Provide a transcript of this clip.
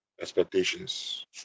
expectations